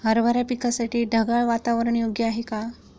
हरभरा पिकासाठी ढगाळ वातावरण योग्य आहे का?